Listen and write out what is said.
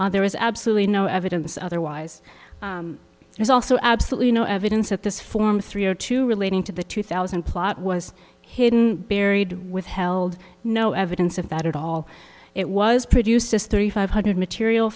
plot there is absolutely no evidence otherwise there's also absolutely no evidence at this form three o two relating to the two thousand plot was hidden buried withheld no evidence of that at all it was produced as thirty five hundred material